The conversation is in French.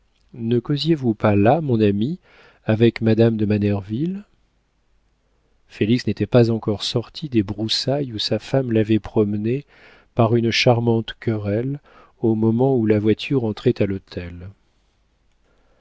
ne causiez vous pas là mon ami avec madame de manerville félix n'était pas encore sorti des broussailles où sa femme l'avait promené par une charmante querelle au moment où la voiture entrait à l'hôtel